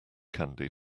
candy